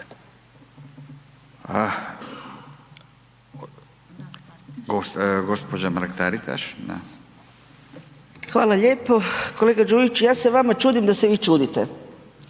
Anka (GLAS)** Hvala lijepo. Kolega Đujić ja se vama čudim da se vi čudite